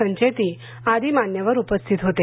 संचेती आदी मान्यवर उपस्थित होते